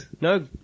No